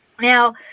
Now